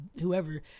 whoever